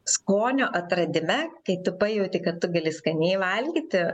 skonio atradime kai tu pajauti kad tu gali skaniai valgyti